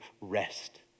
rest